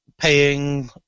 paying